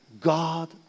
God